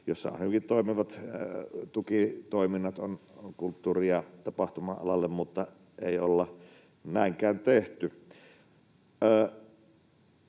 Tanskassa on hyvin toimivat tukitoiminnat kulttuuri- ja tapahtuma-alalle — mutta ei olla näinkään tehty.